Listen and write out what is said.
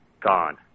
gone